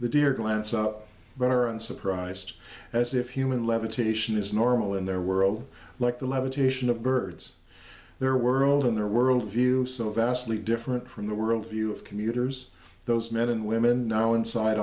the deer glance up but aren't surprised as if human levitation is normal in their world like the levitation of birds their world and their world view vastly different from the world view of commuters those men and women now inside